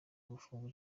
gufungwa